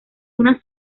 una